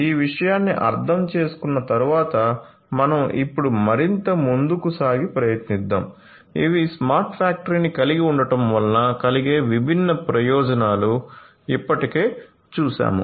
ఈ విషయాన్ని అర్థం చేసుకున్న తరువాత మనం ఇప్పుడు మరింత ముందుకు సాగి ప్రయత్నిద్దాం ఇవి స్మార్ట్ ఫ్యాక్టరీని కలిగి ఉండటం వల్ల కలిగే విభిన్న ప్రయోజనాలు ఇప్పటికే చూశాము